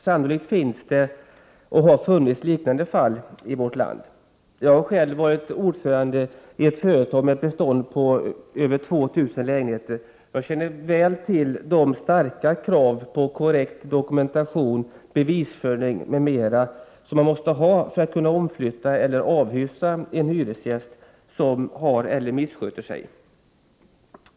Sannolikt finns det och har funnits liknande fall annorstädes i vårt land. Jag har själv varit ordförande i ett företag med bestånd på över 2 000 lägenheter. Jag känner väl till de starka krav på korrekt dokumentation, bevisföring m.m. som ställs för att man skall kunna omflytta eller avhysa en hyresgäst som missköter sig.